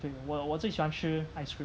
对我我最喜欢吃 ice cream